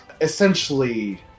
essentially